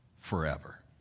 forever